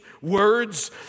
words